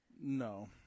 No